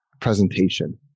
presentation